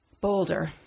Boulder